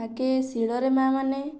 ଆଗେ ଶିଳରେ ମା' ମାନେ